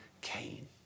Cain